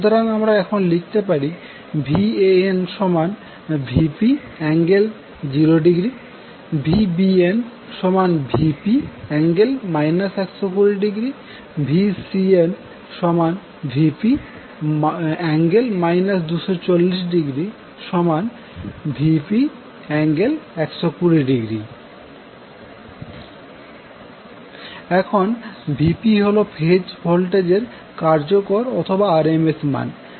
সুতরাং আমরা এখন লিখতে পারি VanVp∠0° VbnVp∠ 120° VcnVp∠ 240°Vp∠120° এখানে Vpহল ফেজ ভোল্টেজের কার্যকর অথবা RMS মান